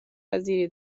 وزیری